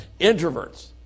introverts